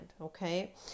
Okay